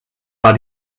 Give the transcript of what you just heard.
war